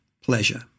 pleasure